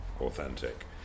authentic